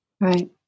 Right